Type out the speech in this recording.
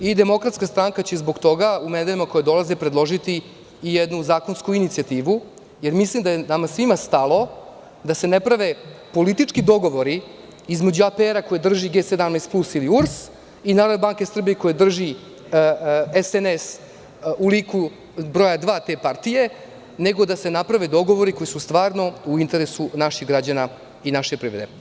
U nedeljama koje dolaze, DS će predložiti u nedeljama koje dolaze jednu zakonsku inicijativu jer mislim da je svima nama stalo da se ne prave politički dogovori između APR-a koji drži G 17 plus ili URS i Narodne banke Srbije koju drži SNS u liku broja dva te partije, nego da se naprave dogovori koji su stvarno u interesu naših građana i naše privrede.